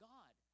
God